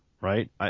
right